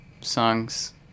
songs